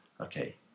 okay